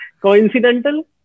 coincidental